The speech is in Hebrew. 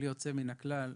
בלי יוצא מן הכלל,